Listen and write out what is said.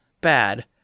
bad